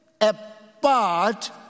apart